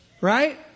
Right